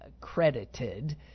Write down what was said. credited